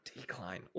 Decline